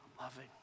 loving